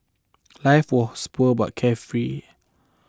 life was poor but carefree